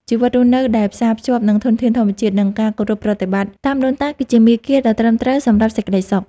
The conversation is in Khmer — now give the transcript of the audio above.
ជីវិតរស់នៅដែលផ្សារភ្ជាប់នឹងធនធានធម្មជាតិ និង ការគោរពប្រតិបត្តិតាមដូនតាគឺជាមាគ៌ាដ៏ត្រឹមត្រូវសម្រាប់សេចក្ដីសុខ។